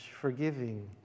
forgiving